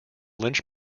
lynch